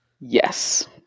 Yes